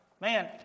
man